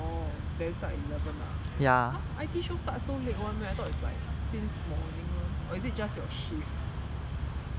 orh then start at eleven lah !huh! I_T show start so late [one] meh I thought is like since morning [one] or is it just your shift